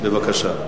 בבקשה.